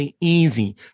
easy